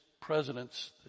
presidents